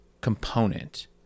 component